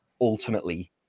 ultimately